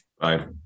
Bye